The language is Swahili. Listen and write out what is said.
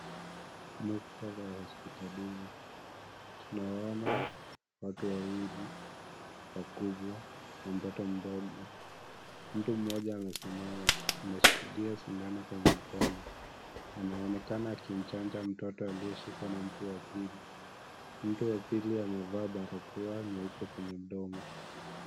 Muktadha wa hospitalini. Tunawaona watu wawili na mtoto mdogo. Mtu mmoja amesimama. Ameshikilia sindano kwenye mkono. Anaonekana akimchanja mtoto aliyeshikwa na mtu wa pili. Mtu wa pili amevaa barakoa nyeupe kwenye mdomo.